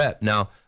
Now